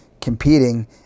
competing